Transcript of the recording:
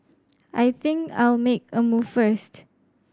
I think I'll make a move first